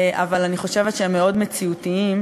אבל אני חושבת שהם מאוד מציאותיים,